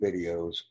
videos